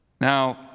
Now